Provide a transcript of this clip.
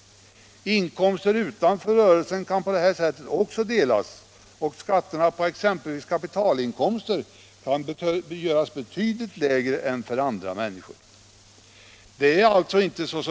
Också inkomster utanför rörelsen kan på detta sätt delas, och skatterna på exempelvis kapitalinkomster kan göras betydligt lägre än för andra människor.